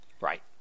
Right